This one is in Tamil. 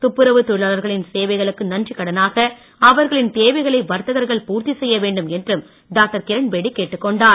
துப்புரவுத் தொழிலாளர்களின் சேவைகளுக்கு நன்றிக்கடனாக அவர்களின் தேவைகளை வர்த்தகர்கள் பூர்த்தி செய்ய வேண்டும் என்றும் டாக்டர் கிரண்பேடி கேட்டுக் கொண்டார்